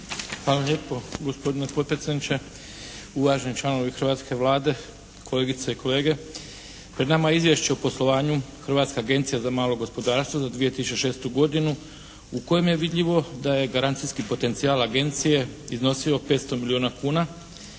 Hvala lijepo gospodine potpredsjedniče. Uvaženi članovi hrvatske Vlade, kolegice i kolege. Pred nama je Izvješće o poslovanju Hrvatske agencije za malo gospodarstvo za 2006. godinu u kojem je vidljivo da je garancijski potencijal agencije iznosio 500 milijuna kuna,